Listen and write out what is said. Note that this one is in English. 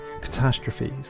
catastrophes